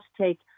take